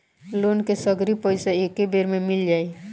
Loan के सगरी पइसा एके बेर में मिल जाई?